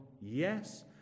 yes